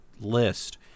list